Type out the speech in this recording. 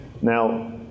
Now